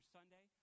Sunday